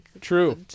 True